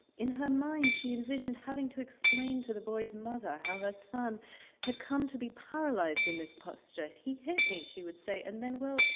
in her mind she envisioned having to explain to the boy's mother how her son had come to be paralyzed in this posture he hit me, she would say, and then, well,